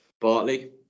Bartley